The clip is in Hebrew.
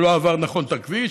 או לא עבר נכון את הכביש,